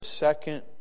second